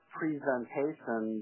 presentation